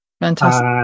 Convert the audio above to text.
Fantastic